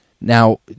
Now